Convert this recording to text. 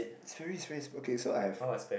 Sperry's Sperry's okay so I have